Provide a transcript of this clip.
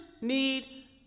need